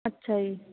ਅੱਛਾ ਜੀ